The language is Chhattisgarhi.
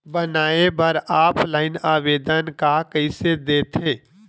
बनाये बर ऑफलाइन आवेदन का कइसे दे थे?